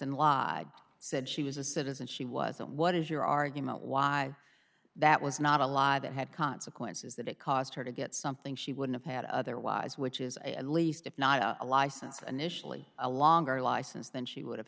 law said she was a citizen she wasn't what is your argument why that was not a law that had consequences that it cost her to get something she would've had otherwise which is a least if not a license an initially a longer license than she would have